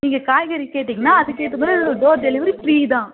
நீங்கள் காய்கறி கேட்டிங்கன்னா அதுக்கு ஏற்ற மாதிரி உங்களுக்கு டோர் டெலிவரி ஃப்ரீ தான்